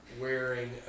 wearing